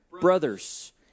Brothers